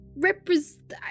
represent-